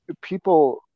people